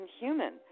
inhuman